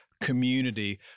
community